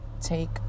Take